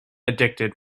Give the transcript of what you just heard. addicted